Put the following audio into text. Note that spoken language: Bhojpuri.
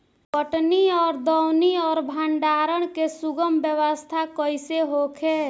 कटनी और दौनी और भंडारण के सुगम व्यवस्था कईसे होखे?